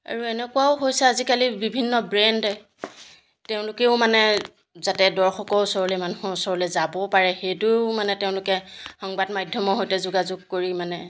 আৰু এনেকুৱাও হৈছে আজিকালি বিভিন্ন ব্ৰেণ্ডে তেওঁলোকেও মানে যাতে দৰ্শকৰ ওচৰলৈ মানুহৰ ওচৰলৈ যাবও পাৰে সেইটোও মানে তেওঁলোকে সংবাদ মাধ্যমৰ সৈতে যোগাযোগ কৰি মানে